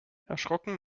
erschrocken